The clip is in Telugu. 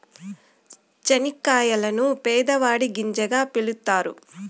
చనిక్కాయలను పేదవాడి గింజగా పిలుత్తారు